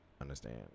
understand